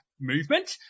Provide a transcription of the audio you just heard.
Movement